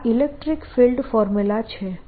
આ electric field formula છે